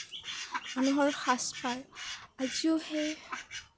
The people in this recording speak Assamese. মানুহৰ সাজপাৰ আজিও সেই